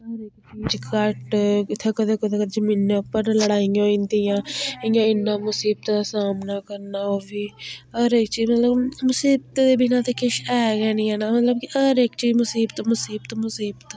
हर इक चीज़ घट्ट इत्थें कदे कदें जमीनै उप्पर लड़ाइयां होई जंदियां इयां इन्ना मुसीबतां सामना करना ओह् बी हर इक चीज़ मतलब मुसीबत दे बिना कुछ एह् गै नी हैन मतलब हर इक चीज़ मसीबत मसीबत मसीबत